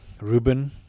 Ruben